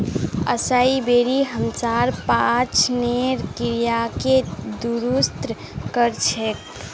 असाई बेरी हमसार पाचनेर क्रियाके दुरुस्त कर छेक